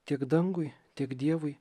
tiek dangui tiek dievui